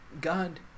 God